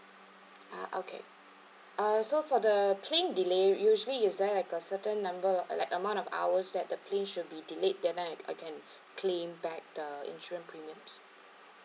ah okay uh so for the plane delay usually is there like a certain number like amount of hours that the plane should be delay then like I can claim back the insurance premium